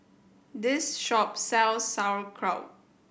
this shop sells Sauerkraut